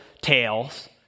tales